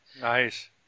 Nice